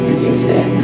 music